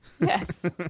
Yes